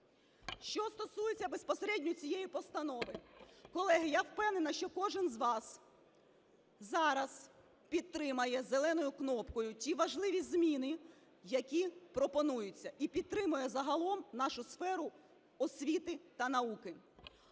Що стосується безпосередньо цієї постанови. Колеги, я впевнена, що кожен з вас зараз підтримає зеленою кнопкою ті важливі зміни, які пропонуються, і підтримає загалом нашу сферу освіти на науки.